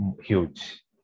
huge